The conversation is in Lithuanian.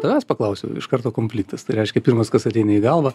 tavęs paklausiau iš karto konfliktas tai reiškia pirmas kas ateina į galvą